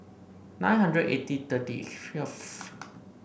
nine hundred eighty thirty